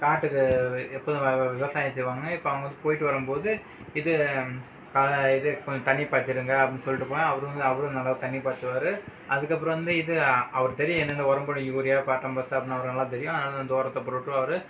காட்டுக்கு எப்போதும் விவசாயம் செய்வாங்க இப்போ அவங்க போயிட்டு வரும்போது இது க இது கொஞ்சம் தண்ணிப் பாய்ச்சிருங்க அப்படின்னு சொல்லிட்டுப் போனால் அவரும் வந்து அவரும் நல்லா தண்ணிப் பாய்ச்சுவாரு அதுக்கப்புறம் வந்து இது அவருக்கு தெரியும் என்னென்ன உரம் போடணமுனு யூரியா பாட்ரம்பஸு அப்படின்னு உரமெல்லாம் தெரியும் அதனாலே அந்த உரத்தை போட்டு விட்ருவாரு